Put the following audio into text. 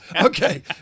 Okay